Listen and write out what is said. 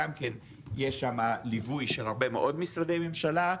גם כן יש שם הרבה ליווי של הרבה מאוד משרדי ממשלה,